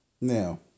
now